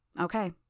Okay